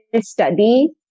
study